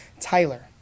Tyler